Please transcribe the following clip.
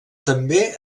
també